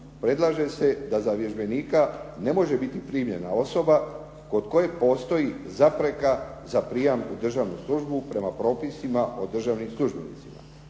predlaže se da za vježbenika ne može biti primljena osoba kod koje postoji zapreka za prijam u državnu službu prema propisima o državnim službenicima.